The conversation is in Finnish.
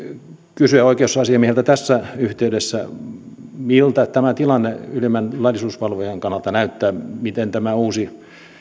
kysyä oikeusasiamieheltä tässä yhteydessä miltä tämä tilanne ylimmän laillisuusvalvojan kannalta näyttää miten tämä uusi